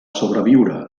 sobreviure